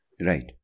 Right